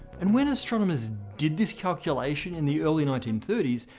and when astronomers did this calculation in the early nineteen thirty s,